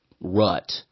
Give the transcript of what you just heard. rut